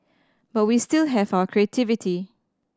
but we still have our creativity